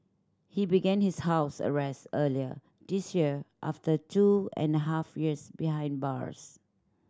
he began his house arrest earlier this year after two and a half years behind bars